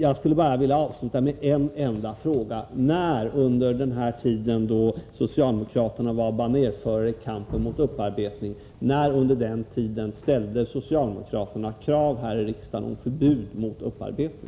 Jag vill bara avsluta med en enda fråga: När under den tid då socialdemokraterna var banerförare i kampen mot upparbetning ställde socialdemokraterna krav här i riksdagen om förbud mot upparbetning?